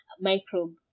microbe